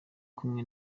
kumwe